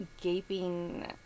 gaping